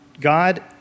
God